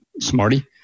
Smarty